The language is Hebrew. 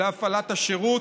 להפעלת השירות.